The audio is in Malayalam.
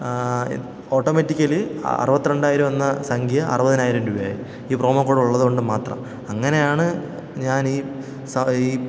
ഓട്ടോമാറ്റിക്കലി അറുപത്തി രണ്ടായിരം എന്ന സംഖ്യ അറുപതിനായിരം രൂപയായി ഈ പ്രമോ കോഡുള്ളത് കൊണ്ട് മാത്രം അങ്ങനെയാണ് ഞാനീ ഈ